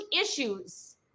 issues